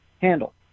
handle